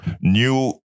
new